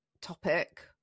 topic